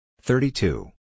thirty-two